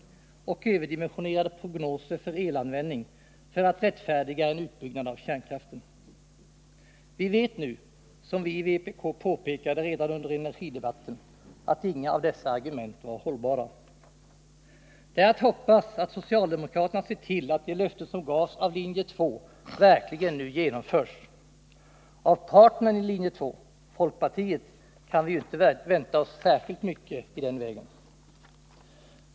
Man redovisade också överdimensionerade prognoser när det gällde elanvändningen för att rättfärdiga en utbyggnad av kärnkraften. Vi vet nu, vilket vi i vpk påpekade redan under energidebatten — att inga av dessa argument var hållbara. Det är att hoppas att socialdemokraterna ser till att de löften som gavs av linje 2 nu förverkligas. Av partnern i linje 2, folkpartiet, kan vi ju inte vänta oss särskilt mycket i den vägen.